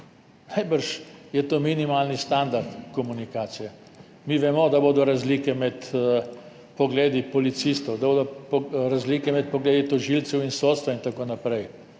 Najbrž je to minimalni standard komunikacije. Mi vemo, da bodo razlike med pogledi policistov, da bodo razlike med pogledi tožilcev in sodstva in tako naprej,